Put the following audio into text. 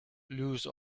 lose